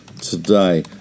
today